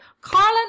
Carlin